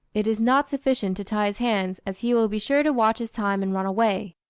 it is not sufficient to tie his hands, as he will be sure to watch his time and run away.